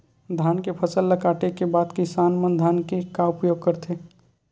धान के फसल ला काटे के बाद किसान मन धान के का उपयोग करथे?